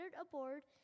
aboard